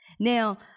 Now